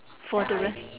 for the rest